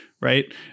right